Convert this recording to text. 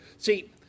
See